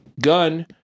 Gun